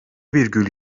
virgül